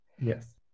Yes